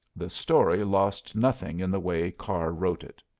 the story lost nothing in the way carr wrote it.